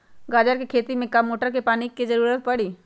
गाजर के खेती में का मोटर के पानी के ज़रूरत परी?